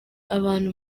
abantu